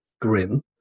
grim